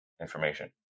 information